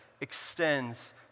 extends